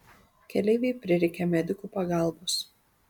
keleivei prireikė medikų pagalbos